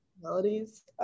melodies